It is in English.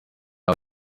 out